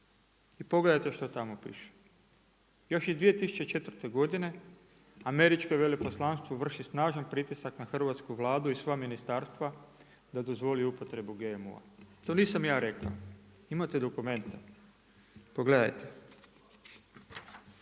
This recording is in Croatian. i pogledajte što tamo piše. Još je 2004. godine američko veleposlanstvo vrši snažni pritisak na Hrvatsku Vladu i sva ministarstva da dozvoli upotrebu GMO-a. To nisam ja rekao. Imate dokumente. Pogledajte.